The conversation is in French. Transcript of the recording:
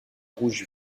rouge